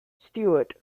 stewart